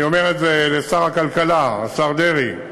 אני אומר את זה לשר הכלכלה, השר דרעי.